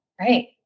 Right